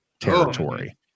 territory